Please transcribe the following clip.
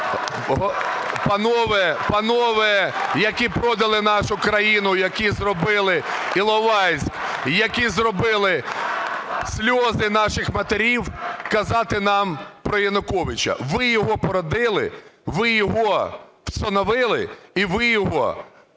панове, які продали нашу країну, які зробили Іловайськ, які зробили сльози наших матерів, казати нам про Януковича. Ви його породили, ви його всиновили, і ви будете